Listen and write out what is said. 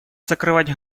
закрывать